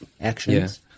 actions